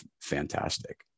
fantastic